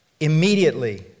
Immediately